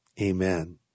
Amen